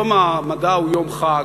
יום המדע הוא יום חג,